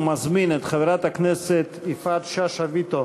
ומזמין את חברת הכנסת יפעת שאשא ביטון